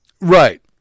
right